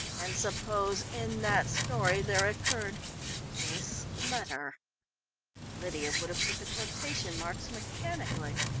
and suppose in that story there occurred this letter lydia would have put the quotation marks mechanically.